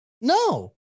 No